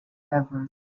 ever